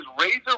Razor